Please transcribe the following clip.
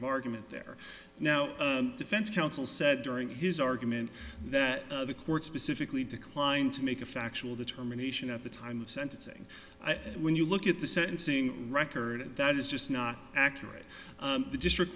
of argument there now defense counsel said during his argument that the court specifically declined to make a factual determination at the time of sentencing when you look at the sentencing record that is just not accurate the district